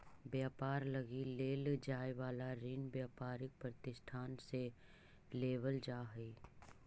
व्यापार लगी लेल जाए वाला ऋण व्यापारिक प्रतिष्ठान से लेवल जा हई